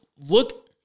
look